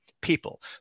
people